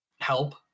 help